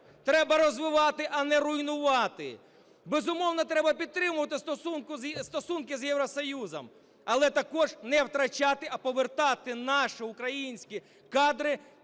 Треба розвивати, а не руйнувати. Безумовно, треба підтримувати стосунки з Євросоюзом. Але також не втрачати, а повертати наші українські кадри